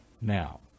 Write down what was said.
Now